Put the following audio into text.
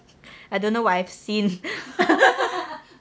I don't know what I've seen